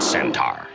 Centaur